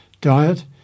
diet